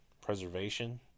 preservation